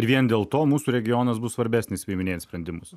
ir vien dėl to mūsų regionas bus svarbesnis priiminėjant sprendimus